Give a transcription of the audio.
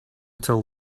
till